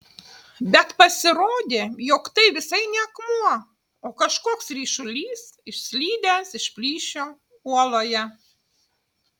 bet pasirodė jog tai visai ne akmuo o kažkoks ryšulys išslydęs iš plyšio uoloje